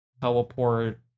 teleport